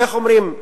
איך אומרים,